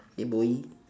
yeah boy